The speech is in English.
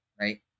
Right